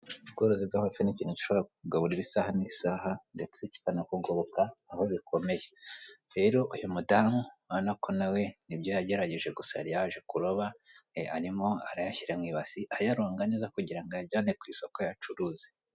Ubworozi bw'amafi ni ikintu gishobora kukugaburira isaha n'isaha ndetse kikanakugoboka aho bikomeye, rero uyu mudamu ubona ko nawe nibyo yagerageje gusa yari yaje kuroba arimo arayashyira mu ibase ayaronga neza kugira ngo ayajyane ku isoko ayacuruze.